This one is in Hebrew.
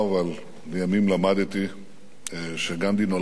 אבל לימים למדתי שגנדי נולד פה,